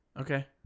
Okay